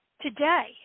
today